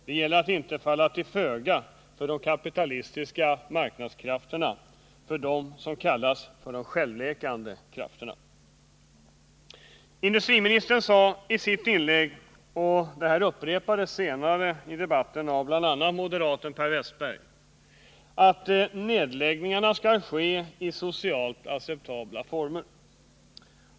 Det gäller att inte falla till föga för de kapitalistiska marknadskrafterna, för de s.k. självläkande krafterna. Industriministern sade i sitt inlägg, och detta upprepades senare i debatten av bl.a. moderaten Per Westerberg, att nedläggningarna skall ske i socialt acceptabla former.